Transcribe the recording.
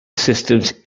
systems